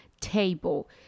table